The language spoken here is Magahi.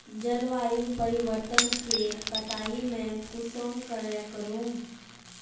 जलवायु परिवर्तन के कटाई में कुंसम करे करूम?